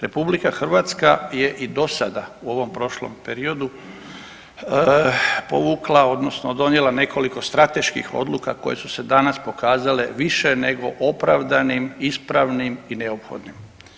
RH je i do sada u ovom prošlom periodu povukla odnosno donijela nekoliko strateških odluka koje su se danas pokazale više nego opravdanim, ispravnim i neophodnim.